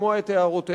לשמוע את הערותיהם.